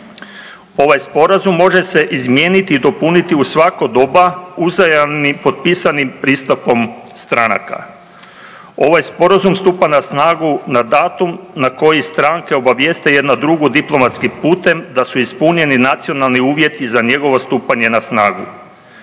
Ovaj Sporazum može se izmijeniti i dopuniti u svako doba uzajamni potpisanim pristupom stranaka. Ovaj Sporazum stupa na snagu na datum na koji stranke obavijeste jedna drugu diplomatskim putem da su ispunjeni nacionalni uvjeti za njegovo stupanje na snagu.